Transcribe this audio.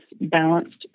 balanced